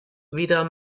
weder